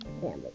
family